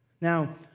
Now